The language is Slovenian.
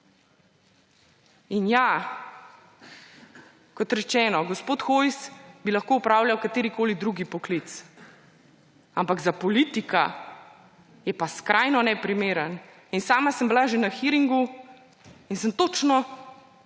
Ja, kot rečeno, gospod Hojs bi lahko opravljal katerikoli drug poklic, ampak za politika je pa skrajno neprimeren in sama sem bila že na hearingu in sem točno